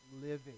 living